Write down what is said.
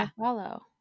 follow